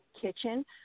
kitchen